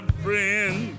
friend